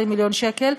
20 מיליון שקל,